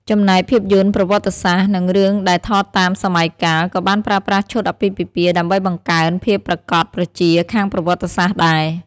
ចំណែកភាពយន្តប្រវត្តិសាស្ត្រ និងរឿងដែលថតតាមសម័យកាល ក៏បានប្រើប្រាស់ឈុតអាពាហ៍ពិពាហ៍ដើម្បីបង្កើន ភាពប្រាកដប្រជាខាងប្រវត្តិសាស្ត្រដែរ។